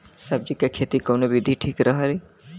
सब्जी क खेती कऊन विधि ठीक रही?